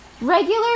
regular